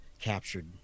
captured